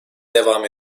devam